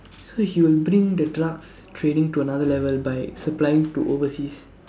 so he will bring the drugs trading to another level by supplying to overseas